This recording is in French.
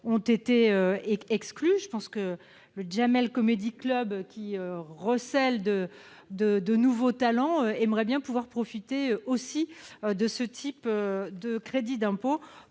ont été exclus. Le Jamel Comedy Club, qui recèle de nouveaux talents, aimerait bien pouvoir profiter aussi de ce crédit d'impôt.